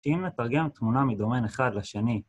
אם נתרגם תמונה מדומיין אחד לשני